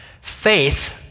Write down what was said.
Faith